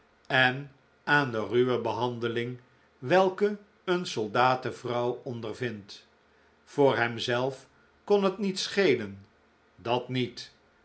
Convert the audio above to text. en aan de ruwe behandeling welke een soldatenvrouw ondervindt voor hemzelf kon het niet schelen dat niet